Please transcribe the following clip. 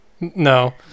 No